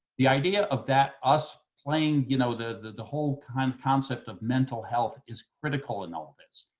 the idea of that, us playing, you know, the the whole kind of concept of mental health is critical in all of this.